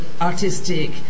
artistic